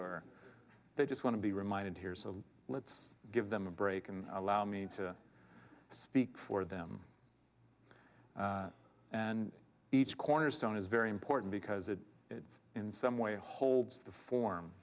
or they just want to be reminded here so let's give them a break and allow me to speak for them and each cornerstone is very important because it in some way holds the form